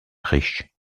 riche